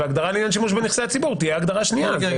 והגדרה לעניין שימוש בנכסי הציבור תהיה הגדרה שנייה.